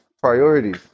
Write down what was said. priorities